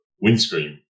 windscreen